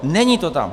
Není to tam.